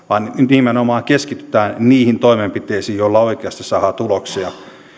vaan nimenomaan keskitytään niihin toimenpiteisiin joilla oikeasti saadaan tuloksia